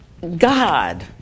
God